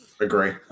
agree